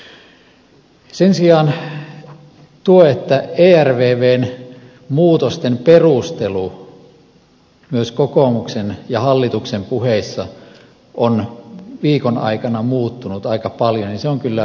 sen sijaan tuo että ervvn muutosten perustelu myös kokoomuksen ja hallituksen puheissa on viikon aikana muuttunut aika paljon on kyllä huomionarvoinen seikka